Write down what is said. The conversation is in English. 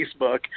facebook